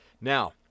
Now